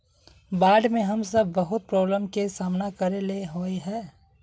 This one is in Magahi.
बाढ में हम सब बहुत प्रॉब्लम के सामना करे ले होय है?